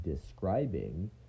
describing